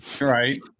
right